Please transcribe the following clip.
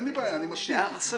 כל